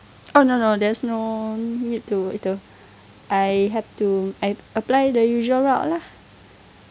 oh no no there's no need to itu I have to I apply the usual route lah